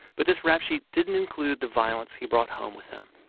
but this rap sheet didn't include the violence he brought home with him